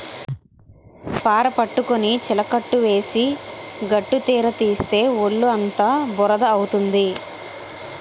పార పట్టుకొని చిలకట్టు వేసి గట్టుతీత తీస్తే ఒళ్ళుఅంతా బురద అవుతుంది